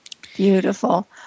Beautiful